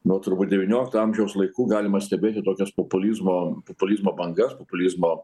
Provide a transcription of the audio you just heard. nuo turbūt devynioliktojo amžiaus laikų galima stebėti tokias populizmo populizmo bangas populizmo